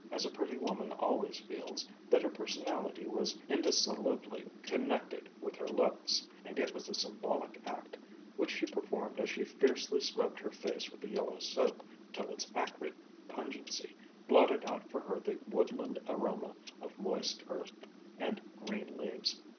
as a pretty woman always feels, that her personality was indissolubly connected with her looks, and it was a symbolic act which she performed as she fiercely scrubbed her face with the yellow soap till its acrid pungency blotted out for her the woodland aroma of moist earth and green leaves.